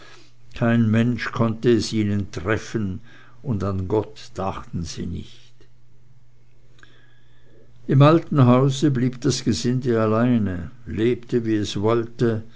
kein mensch konnte es ihnen treffen und an gott dachten sie nicht im alten hause blieb das gesinde alleine lebte wie es wollte